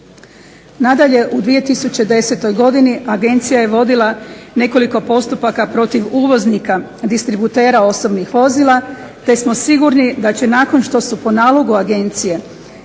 Nadalje, u 2010.godini agencija je vodila nekoliko postupaka protiv uvoznika, distributera osobnih vozila te smo sigurni da će nakon što su po nalogu agencije